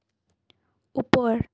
ওপৰ